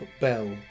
Bell